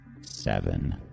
seven